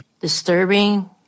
disturbing